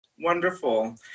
Wonderful